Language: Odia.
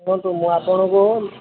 ଶୁଣନ୍ତୁ ମୁଁ ଆପଣଙ୍କୁ